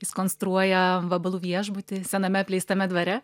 jis konstruoja vabalų viešbutį sename apleistame dvare